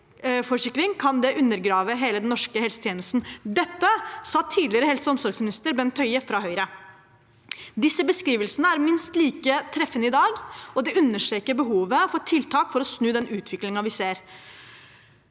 kan det undergrave hele den norske helsetjenesten.» Dette sa tidligere helse- og omsorgsminister Bent Høie fra Høyre. Disse beskrivelsene er minst like treffende i dag, og det understreker behovet for tiltak for å snu den utviklingen vi ser.